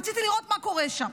רציתי לראות מה קורה שם.